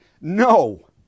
no